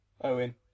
Owen